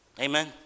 Amen